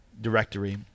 directory